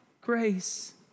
grace